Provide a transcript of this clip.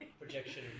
Projection